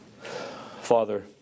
Father